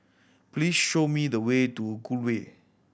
please show me the way to Gul Way